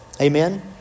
Amen